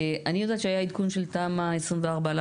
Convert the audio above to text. אני יודעת שהיה עדכון של תמ"א 24/4,